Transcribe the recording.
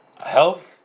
health